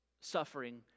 suffering